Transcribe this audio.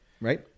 right